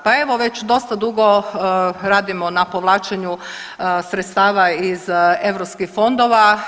Pa evo već dosta dugo radimo na povlačenju sredstava iz europskih fondova.